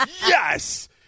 Yes